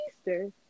Easter